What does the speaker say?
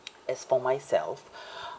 as for myself